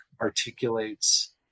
articulates